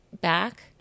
back